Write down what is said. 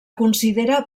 considera